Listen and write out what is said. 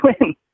win